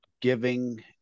giving